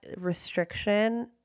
restriction